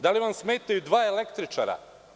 Da li vam smetaju dva električara?